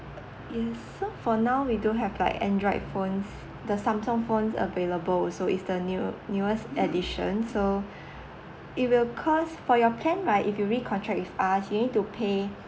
in fact for now we do have like android phones the samsung phone's available so is the new newest edition so it will costs for your plan right if you recontract with us you need to pay